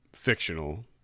Fictional